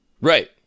Right